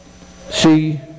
see